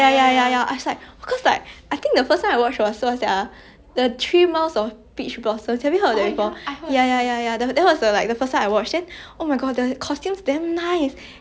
ya ya ya ya that was the like the first time I watched then oh my god the costumes damn nice it's I damn impressed by their the details that they put into the into the like you know the 古装 all the